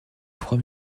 trois